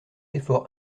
effort